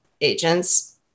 agents